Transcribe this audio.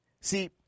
See